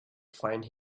find